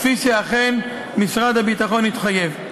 כפי שאכן משרד הביטחון התחייב.